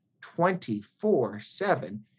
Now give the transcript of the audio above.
24-7